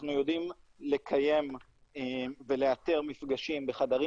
אנחנו יודעים לקיים ולאתר מפגשים בחדרים